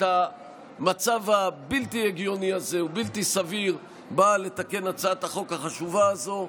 את המצב הבלתי-הגיוני והבלתי-סביר הזה באה לתקן הצעת החוק החשובה הזו.